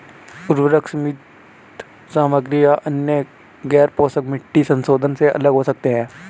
उर्वरक सीमित सामग्री या अन्य गैरपोषक मिट्टी संशोधनों से अलग हो सकते हैं